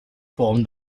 formed